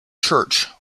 church